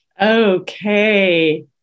Okay